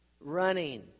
running